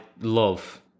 love